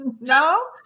no